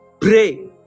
pray